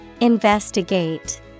Investigate